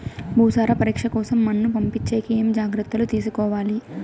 భూసార పరీక్ష కోసం మన్ను పంపించేకి ఏమి జాగ్రత్తలు తీసుకోవాలి?